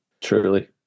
Truly